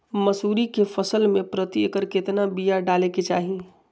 मसूरी के फसल में प्रति एकड़ केतना बिया डाले के चाही?